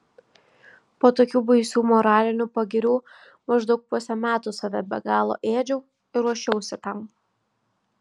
po tokių baisių moralinių pagirių maždaug pusę metų save be galo ėdžiau ir ruošiausi tam